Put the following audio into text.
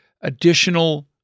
additional